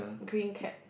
green cap